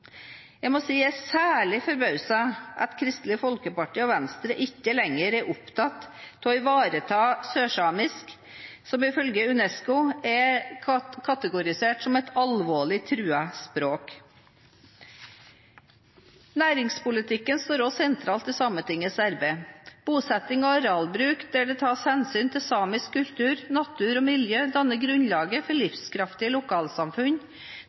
Jeg er særlig forbauset over at Kristelig Folkeparti og Venstre ikke lenger er opptatt av å ivareta sørsamisk, som ifølge UNESCO er kategorisert som et alvorlig truet språk. Næringspolitikken står sentralt i Sametingets arbeid. Bosetting og arealbruk, hvor det tas hensyn til samisk kultur, natur og miljø, danner grunnlaget for livskraftige lokalsamfunn